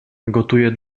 gotuje